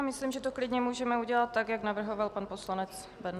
Myslím, že to klidně můžeme udělat tak, jak navrhoval pan poslanec Bendl.